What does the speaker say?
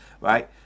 right